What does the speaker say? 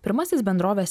pirmasis bendrovės